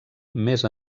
més